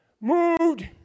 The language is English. moved